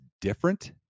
different